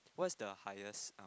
what's the highest um